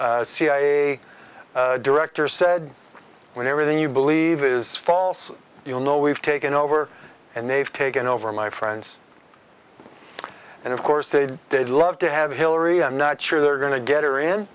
cia director said when everything you believe is false you know we've taken over and they've taken over my friends and of course said they'd love to have hillary i'm not sure they're going to get her in